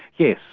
yes.